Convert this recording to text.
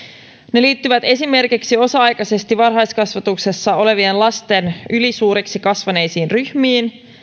ne liittyvät esimerkiksi osa aikaisesti varhaiskasvatuksessa olevien lasten ylisuuriksi kasvaneisiin ryhmiin